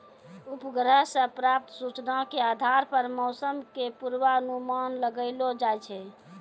उपग्रह सॅ प्राप्त सूचना के आधार पर मौसम के पूर्वानुमान लगैलो जाय छै